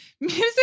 Music